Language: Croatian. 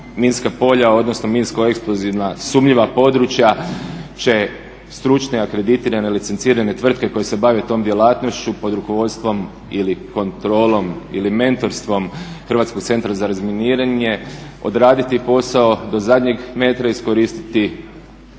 odnosno minsko-eksplozivna sumnjiva područja će stručni akreditirane licencirane tvrtke koje se bave tom djelatnošću pod rukovodstvom ili kontrolom ili mentorstvom Hrvatskog centra za razminiranje odraditi posao do zadnjeg metra, iskoristiti